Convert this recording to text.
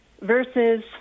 versus